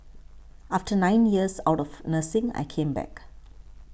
after nine years out of nursing I came back